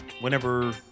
whenever